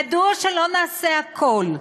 מדוע שלא נעשה הכול?